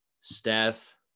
Steph